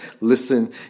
listen